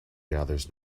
gathers